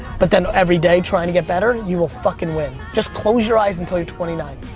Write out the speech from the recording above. but then every day trying to get better, you will fucking win. just close your eyes until you're twenty nine.